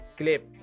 clip